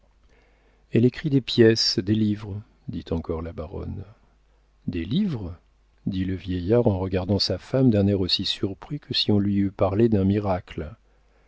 elle écrit des pièces des livres dit encore la baronne des livres dit le vieillard en regardant sa femme d'un air aussi surpris que si on lui eût parlé d'un miracle